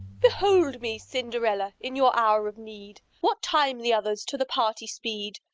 behold me, cinderella, in your hour of need, what time the others to the party speed!